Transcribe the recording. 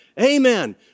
amen